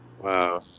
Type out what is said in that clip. Wow